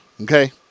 okay